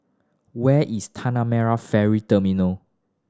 where is Tanah Merah Ferry Terminal